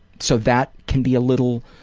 so that can be a little,